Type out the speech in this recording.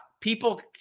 people